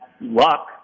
luck